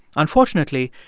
unfortunately,